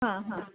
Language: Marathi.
हां हां